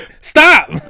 Stop